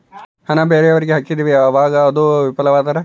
ಹಣ ಬೇರೆಯವರಿಗೆ ಹಾಕಿದಿವಿ ಅವಾಗ ಅದು ವಿಫಲವಾದರೆ?